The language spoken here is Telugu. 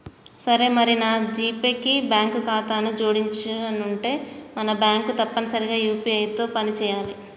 సరే మరి మన జీపే కి బ్యాంకు ఖాతాను జోడించనుంటే మన బ్యాంకు తప్పనిసరిగా యూ.పీ.ఐ తో పని చేయాలి